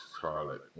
Charlotte